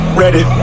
ready